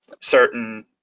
certain